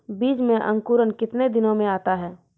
बीज मे अंकुरण कितने दिनों मे आता हैं?